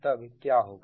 तब क्या होगा